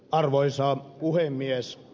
arvoisa puhemies